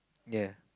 ya